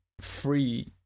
free